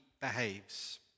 behaves